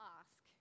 ask